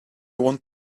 want